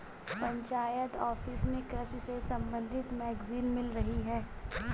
panchayat office में कृषि से संबंधित मैगजीन मिल रही है